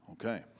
Okay